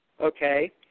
Okay